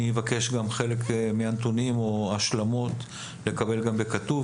אני אבקש גם חלק מהנתונים או השלמות לקבל גם בכתוב,